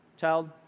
child